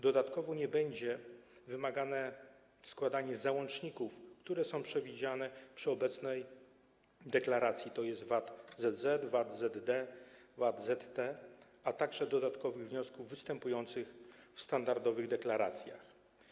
Dodatkowo nie będzie wymagane składanie załączników, które są przewidziane przy obecnej deklaracji, tj. VAT-ZZ, VAT-ZD, VAT-ZT, a także dodatkowych wniosków występujących w standardowych deklaracjach.